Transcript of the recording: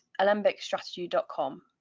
alembicstrategy.com